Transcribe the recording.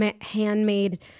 handmade